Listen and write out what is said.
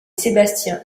sébastien